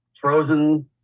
frozen